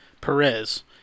Perez